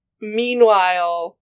Meanwhile